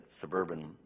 Suburban